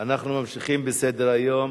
אנחנו ממשיכים בסדר-היום.